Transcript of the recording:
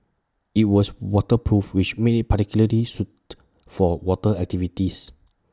IT was waterproof which made IT particularly suited for water activities